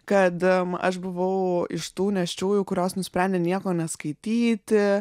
kada aš buvau iš tų nėščiųjų kurios nusprendė nieko neskaityti